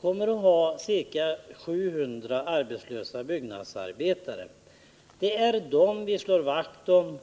kommer att ha ca 700 arbetslösa byggnadsarbetare. Det är dem vi slår vakt om.